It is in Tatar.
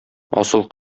асыл